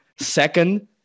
Second